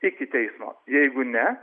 iki teismo jeigu ne